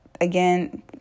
again